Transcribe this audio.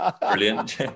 Brilliant